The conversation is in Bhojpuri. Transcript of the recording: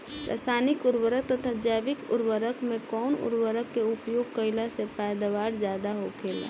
रसायनिक उर्वरक तथा जैविक उर्वरक में कउन उर्वरक के उपयोग कइला से पैदावार ज्यादा होखेला?